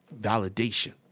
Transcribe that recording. Validation